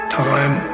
time